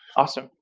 awesome.